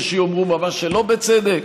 יש יאמרו ממש שלא בצדק,